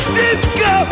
disco